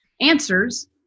answers